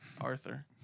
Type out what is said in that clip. Arthur